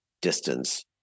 distance